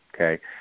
Okay